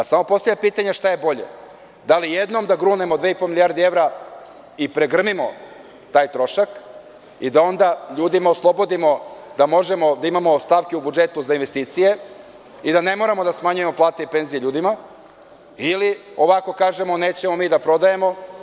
Samo postavljam pitanje šta je bolje – da li jednom da grunemo dve i po milijarde evra i pregrmimo taj trošak i da onda ljudima oslobodimo i da imamo stavke u budžetu za investicije i da ne moramo da smanjujemo plate i penzije ljudima ili da ovako kažemo – nećemo mi da prodajemo.